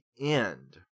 end